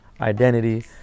identity